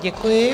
Děkuji.